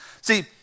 See